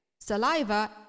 Saliva